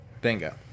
Bingo